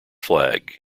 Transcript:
flag